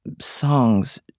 songs